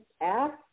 ask